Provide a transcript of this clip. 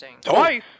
Twice